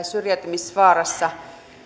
syrjäytymisvaarassa